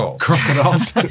Crocodiles